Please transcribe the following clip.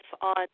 on